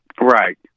Right